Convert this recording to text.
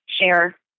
share